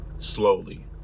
slowly